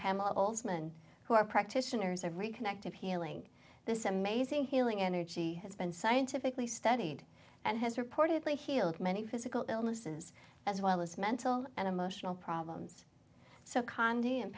holzman who are practitioners of reconnected healing this amazing healing energy has been scientifically studied and has reportedly healed many physical illnesses as well as mental and emotional problems so condi and